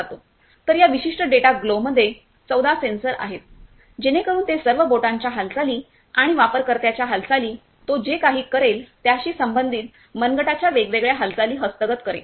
तर या विशिष्ट डेटा ग्लोव्हमध्ये 14 सेन्सर आहेत जेणेकरून ते सर्व बोटांच्या हालचाली आणि वापरकर्त्याच्या हालचाली तो जे काही करेल त्याशी संबंधित मनगटाच्या वेगवेगळ्या हालचाली हस्तगत करेल